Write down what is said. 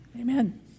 Amen